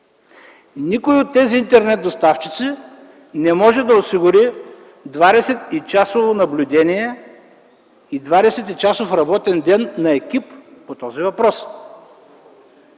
Никой от тях не може да осигури 20-часово наблюдение и 20-часов работен ден на екип по този въпрос.